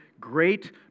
great